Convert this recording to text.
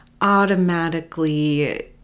automatically